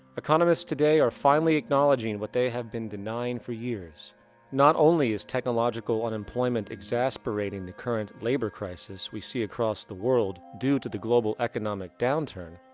economists today are finally acknowledging what they had been denying for years not only is technological unemployment exacerbating the current labor crisis we see across the world due to the global economic downturn,